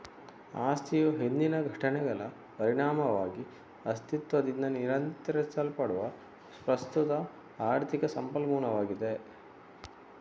ಆಸ್ತಿಯು ಹಿಂದಿನ ಘಟನೆಗಳ ಪರಿಣಾಮವಾಗಿ ಅಸ್ತಿತ್ವದಿಂದ ನಿಯಂತ್ರಿಸಲ್ಪಡುವ ಪ್ರಸ್ತುತ ಆರ್ಥಿಕ ಸಂಪನ್ಮೂಲವಾಗಿದೆ